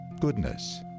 goodness